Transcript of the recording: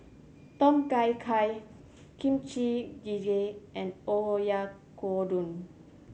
Tom Kha Gai Kimchi Jjigae and Oyakodon